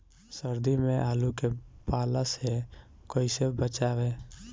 सर्दी में आलू के पाला से कैसे बचावें?